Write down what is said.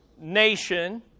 nation